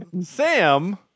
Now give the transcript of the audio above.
Sam